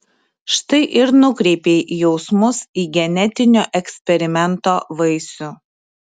štai ir nukreipei jausmus į genetinio eksperimento vaisių